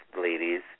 ladies